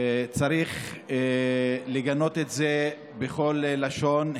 צריך לגנות את זה בכל לשון.